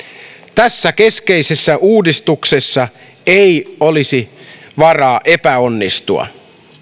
tässä keskeisessä uudistuksessa ei olisi varaa epäonnistua